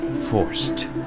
forced